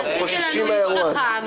אנחנו חוששים מהאירוע הזה,